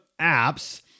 apps